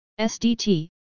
SDT